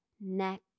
neck